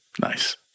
Nice